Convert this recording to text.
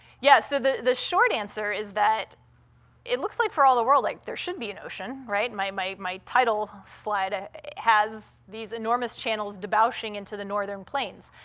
yeah, so the the short answer is that it looks like, for all the world, like there should be an ocean, right? my my title slide ah has these enormous channels debauching into the northern plains,